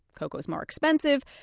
cocoa is more expensive.